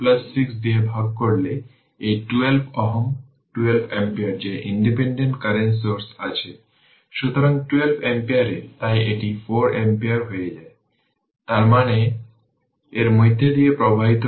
সুতরাং এটি একটি সোর্স ফ্রি RL সার্কিট এখন আপনি যদি এই লুপ এ KVL প্রয়োগ করেন তবে এটি হবে vR vL 0 KVL প্রয়োগ করে